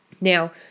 Now